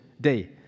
day